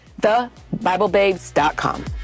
TheBibleBabes.com